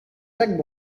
jacques